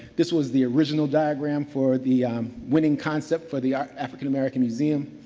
this was the original diagram for the winning concept for the ah african american museum.